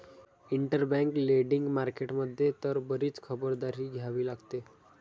interbank lending market मध्ये तर बरीच खबरदारी घ्यावी लागते